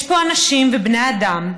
יש פה אנשים ובני אדם.